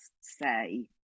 say